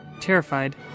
Terrified